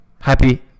Happy